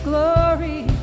glory